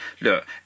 look